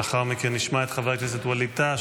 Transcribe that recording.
לאחר מכן נשמע את חבר הכנסת ווליד טאהא,